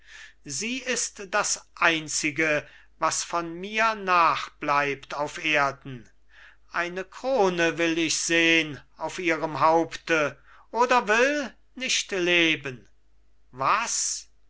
sie ist das einzige was von mir nachbleibt auf erden eine krone will ich sehn auf ihrem haupte oder will nicht leben was